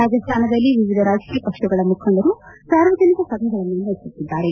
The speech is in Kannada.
ರಾಜಸ್ತಾನದಲ್ಲಿ ವಿವಿಧ ರಾಜಕೀಯ ಪಕ್ಷಗಳ ಮುಖಂಡರು ಸಾರ್ವಜನಿಕ ಸಭೆಗಳನ್ನು ನಡೆಸುತ್ತಿದ್ದಾರೆ